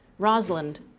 rosalind.